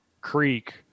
Creek